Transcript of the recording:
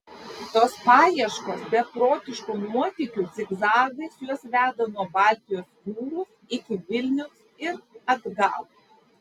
tos paieškos beprotiškų nuotykių zigzagais juos veda nuo baltijos jūros iki vilniaus ir atgal